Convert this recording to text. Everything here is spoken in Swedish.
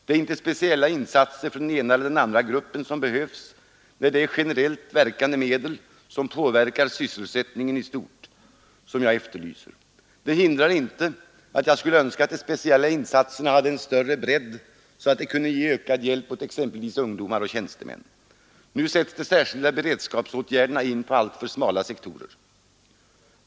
Det är inte speciella insatser för den ena eller andra gruppen, som behövs; nej, det är generellt verkande medel som påverkar sysselsättningen i stort som jag efterlyser. Det hindrar inte att jag skulle önska att de speciella insatserna hade en större bredd så att de kunde ge ökad hjälp åt exempelvis ungdomar och tjänstemän. Nu sätts de särskilda beredskapsåtgärderna in på alltför smala sektorer.